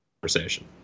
conversation